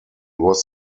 was